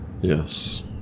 Yes